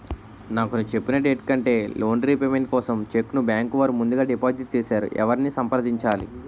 నాకు చెప్పిన డేట్ కంటే లోన్ రీపేమెంట్ కోసం చెక్ ను బ్యాంకు వారు ముందుగా డిపాజిట్ చేసారు ఎవరిని సంప్రదించాలి?